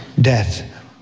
death